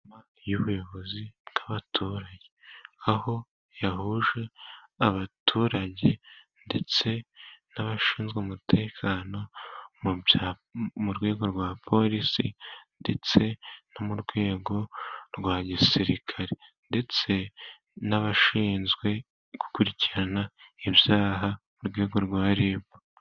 Inama y'ubuyobozi bw'abaturage, aho yahuje abaturage ndetse n'abashinzwe umutekano mu rwego rwa polisi, ndetse no mu rwego rwa gisirikare, ndetse n'abashinzwe gukurikirana ibyaha mu rwego rwa ribu.